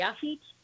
teach